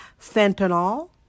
fentanyl